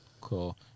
Cool